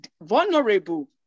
vulnerable